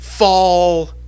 fall